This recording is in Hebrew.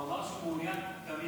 הוא אמר שהוא מעוניין תמיד.